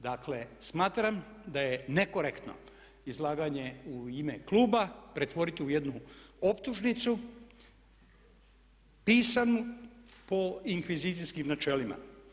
Dakle, smatram da je nekorektno izlaganje u ime kluba pretvoriti u jednu optužnicu pisanu po inkvizicijskim načelima.